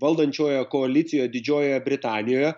valdančioje koalicijoj didžiojoje britanijoje